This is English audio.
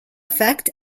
effect